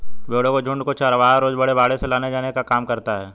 भेंड़ों के झुण्ड को चरवाहा रोज बाड़े से लाने ले जाने का काम करता है